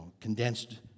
condensed